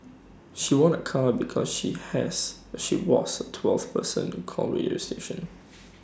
she won A car because she has she was twelfth person to call radio station